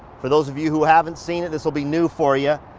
for those of you who haven't seen it, this will be new for you.